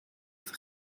efo